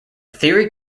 theory